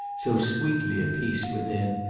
so sweetly at peace within,